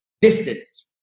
distance